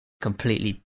completely